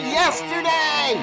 yesterday